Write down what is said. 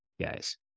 guys